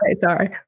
sorry